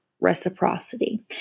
reciprocity